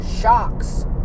shocks